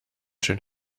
schön